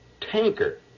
tanker